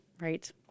right